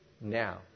now